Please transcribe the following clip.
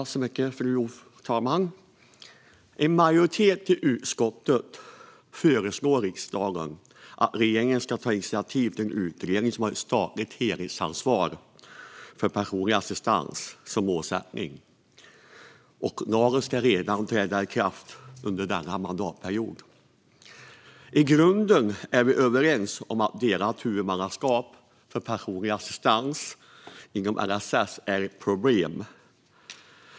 Fru talman! En majoritet i utskottet föreslår riksdagen att regeringen ska ta initiativ till en utredning som har ett statligt helhetsansvar för personlig assistans som målsättning. Lagen ska träda i kraft redan under denna mandatperiod. I grunden är vi överens om att delat huvudmannaskap för personlig assistans inom LSS är ett problem.